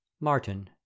martin